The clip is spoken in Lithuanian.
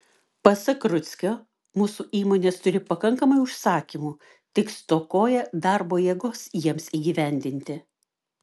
pasak rudzkio mūsų įmonės turi pakankamai užsakymų tik stokoja darbo jėgos jiems įgyvendinti